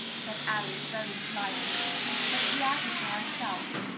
said alice very politely but she added to herself,